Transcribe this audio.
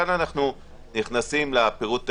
כאן אנחנו נכנסים לפירוט הטכנולוגיה,